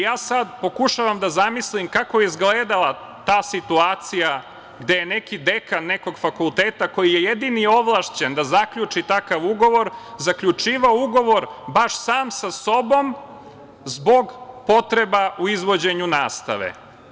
Ja sad pokušavam da zamislim kako je izgledala ta situacija gde je neki dekan nekog fakulteta, koji je jedini ovlašćen da zaključi takav ugovor zaključivao ugovor baš sam sa sobom zbog potreba u izvođenju nastave.